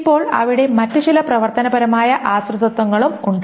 ഇപ്പോൾ അവിടെ മറ്റ് ചില പ്രവർത്തനപരമായ ആശ്രിതത്വങ്ങളും ഉണ്ട്